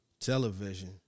television